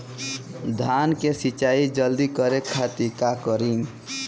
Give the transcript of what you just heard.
धान के सिंचाई जल्दी करे खातिर का करी?